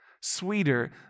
sweeter